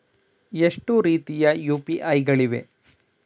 ಎಷ್ಟು ರೀತಿಯ ಯು.ಪಿ.ಐ ಗಳಿವೆ?